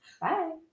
Bye